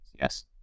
Yes